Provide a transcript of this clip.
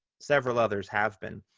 several others have been.